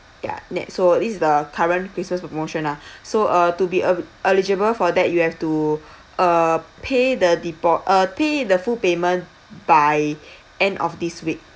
ya nett so this is the current christmas promotion ah so uh to be el~ eligible for that you have to uh pay the depo~ uh pay the full payment by end of this week